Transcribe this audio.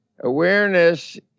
Awareness